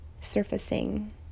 surfacing